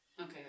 Okay